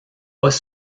pas